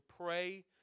pray